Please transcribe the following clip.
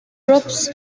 troops